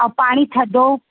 ऐं पाणी थधो